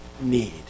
need